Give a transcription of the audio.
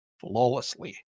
flawlessly